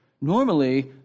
normally